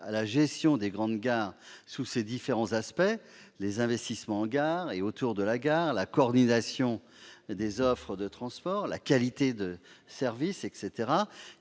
à la gestion des grandes gares sous ses différents aspects- investissements dans et autour de la gare, coordination des offres de transport, qualité de service ...